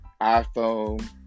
iphone